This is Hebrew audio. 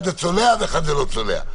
אחד צולע ואחד לא צולע.